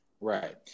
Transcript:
Right